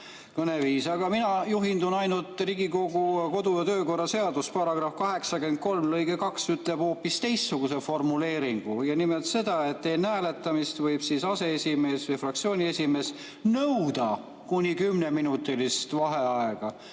Aga mina juhindun ainult Riigikogu kodu‑ ja töökorra seadusest, § 83 lõige 2 ütleb hoopis teistsuguse formuleeringu ja nimelt sellise: "Enne hääletamist võib [...] aseesimees või fraktsiooni esimees nõuda kuni 10‑minutist vaheaega."